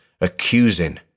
accusing